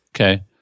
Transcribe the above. okay